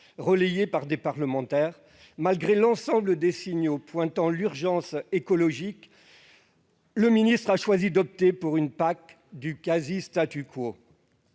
relayées par des parlementaires, malgré l'ensemble des signaux pointant l'urgence écologique, le ministre a choisi d'opter pour une PAC du quasi-, qui